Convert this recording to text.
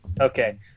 Okay